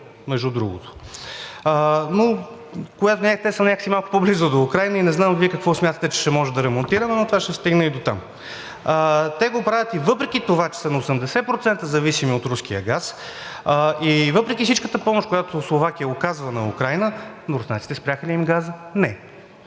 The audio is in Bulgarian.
те са някак малко по-близо до Украйна. Не знам Вие какво смятате, че ще можем да ремонтираме?! Но ще стигнем и дотам. Те го правят, въпреки че са 80% зависими от руския газ. Въпреки всичката помощ, която Словакия оказва на Украйна, руснаците спряха ли им газа?! Не.